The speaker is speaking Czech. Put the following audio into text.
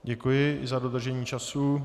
Děkuji za dodržení času.